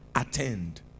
attend